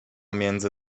między